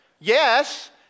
Yes